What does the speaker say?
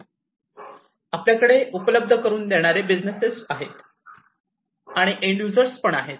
तर आपल्याकडे हे उपलब्ध करून देणारा बिजनेस आहे आणि आणि एन्ड यूजर पण आहेत